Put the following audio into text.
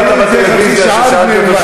עשה לי את זה חצי שעה לפני יומיים.